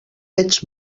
ets